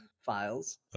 files